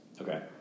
okay